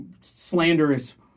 slanderous